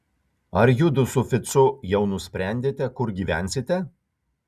ar judu su ficu jau nusprendėte kur gyvensite